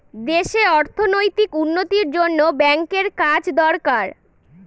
দেশে অর্থনৈতিক উন্নতির জন্য ব্যাঙ্কের কাজ দরকার